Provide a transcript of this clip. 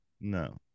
No